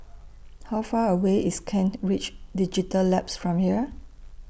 How Far away IS Kent Ridge Digital Labs from here